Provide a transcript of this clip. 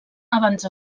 abans